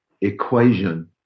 equation